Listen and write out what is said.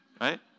right